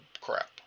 crap